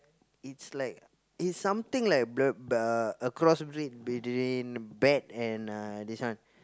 it's like it's something like b~ uh a cross breed between bat and uh this one